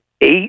eight